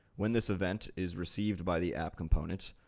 when this event is received by the app component,